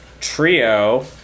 trio